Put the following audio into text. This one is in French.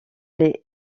les